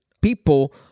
people